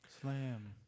Slam